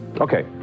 Okay